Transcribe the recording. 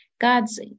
God's